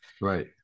Right